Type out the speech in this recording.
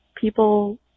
people